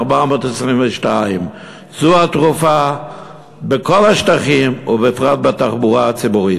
422. זו התרופה בכל השטחים ובפרט בתחבורה הציבורית.